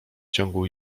ciągu